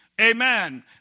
Amen